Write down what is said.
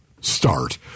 start